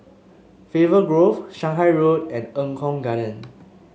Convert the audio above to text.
Faber Grove Shanghai Road and Eng Kong Garden